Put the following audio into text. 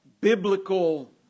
biblical